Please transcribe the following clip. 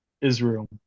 Israel